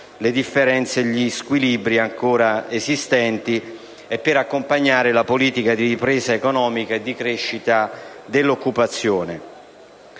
le differenze e gli squilibri ancora esistenti e per accompagnare la politica di ripresa economica e di crescita dell'occupazione.